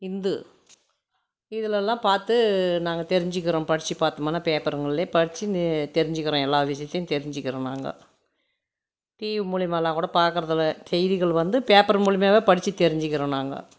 இந்து இதுலலாம் பார்த்து நாங்கள் பார்த்து தெரிஞ்சிக்கிறோம் படித்து பாத்தோம்னா பேப்பருங்கள்லே படிச்சி தெரிஞ்சுக்கிறோம் எல்லா விஷயத்தையும் தெரிஞ்சுக்கிறோம் நாங்க டிவி மூலேமாக கூட பாக்கிறது இல்லை செய்திகள் வந்து பேப்பர் மூலியமாகவே படித்து தெரிஞ்சிக்கிறோம் நாங்க